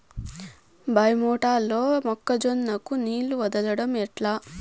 బాయి మోటారు లో మొక్క జొన్నకు నీళ్లు వదలడం ఎట్లా?